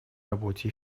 работе